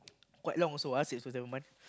quite long also ah six to seven months